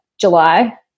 July